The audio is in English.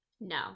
no